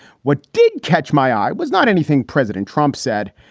what did catch my eye was not anything president trump said.